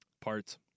Parts